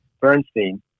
Bernstein